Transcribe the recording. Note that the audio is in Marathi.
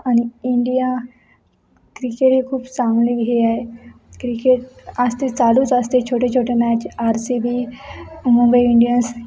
आणि इंडिया क्रिकेट हे खूप चांगले हे आहे क्रिकेट असते चालूच असते छोटे छोटे match R C B Mumbai Indians